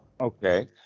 Okay